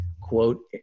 quote